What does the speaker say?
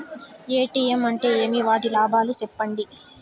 ATM అంటే ఏమి? వాటి లాభాలు సెప్పండి